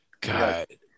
God